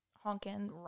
honking